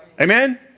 Amen